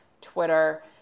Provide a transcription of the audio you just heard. Twitter